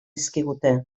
dizkigute